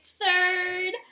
third